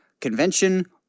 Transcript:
convention